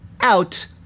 out